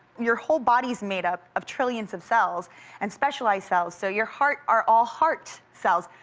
your whole body's made up of trillion so of cells and specialized cells so your heart are all heart cells.